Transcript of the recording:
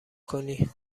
کنی